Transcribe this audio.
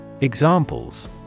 Examples